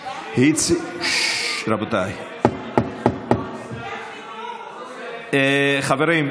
חבר'ה,